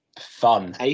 fun